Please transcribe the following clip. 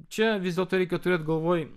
čia vis dėlto reikia turėt galvoj